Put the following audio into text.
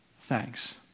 thanks